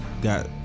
got